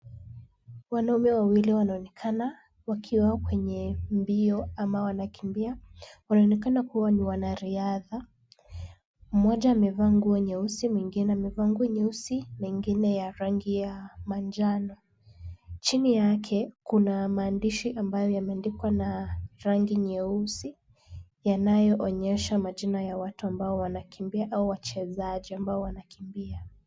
Wanaume wawili wanaonekana wakiwa kwenye mbio ama wanakimbia. Wanaonekana kuwa ni wanariadha. Mmoja amevaa nguo nyeusi mwingine amevaa nguo nyeusi na ingine ya rangi ya manjano. Chini yake kuna maandishi ambayo yameandikwa na rangi nyeusi yanayoonyesha majina ya watu ambao wanakimbia au wachezaji ambao wanakimbia.